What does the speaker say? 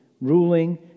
ruling